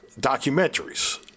documentaries